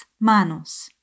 manos